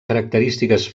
característiques